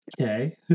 Okay